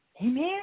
Amen